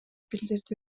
билдирди